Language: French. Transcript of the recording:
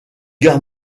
guerre